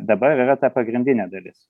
dabar yra ta pagrindinė dalis